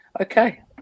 okay